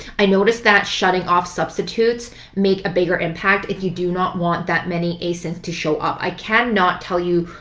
i noticed that shutting off substitutes make a bigger impact if you do not want that many asins to show up. i cannot tell you,